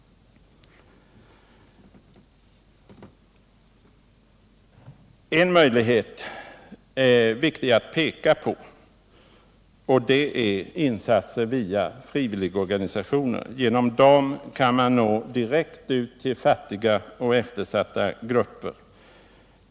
Det är viktigt att peka på möjligheten till insatser via frivilligorganisationer. Genom dem kan man nå direkt ut till fattiga och eftersatta grupper.